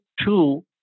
two